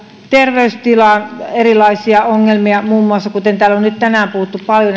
terveystilan ongelmia muun muassa näitä syöpäsairauksia kuten täällä on nyt tänään puhuttu paljon